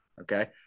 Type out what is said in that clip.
Okay